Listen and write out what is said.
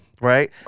right